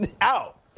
out